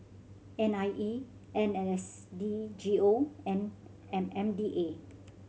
N I E N S D G O and M M D A